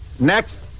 Next